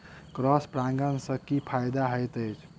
Cross परागण सँ की फायदा हएत अछि?